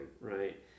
Right